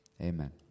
Amen